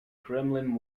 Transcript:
kremlin